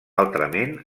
altrament